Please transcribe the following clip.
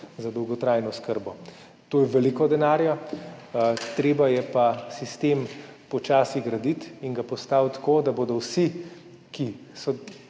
za dolgotrajno oskrbo. To je veliko denarja, treba je pa sistem počasi graditi in ga postaviti tako, da bodo vsi, ki so